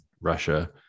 Russia